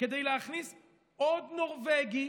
כדי להכניס עוד נורבגי,